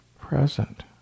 Present